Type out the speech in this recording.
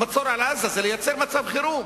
המצור על עזה זה לייצר מצב חירום,